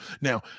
Now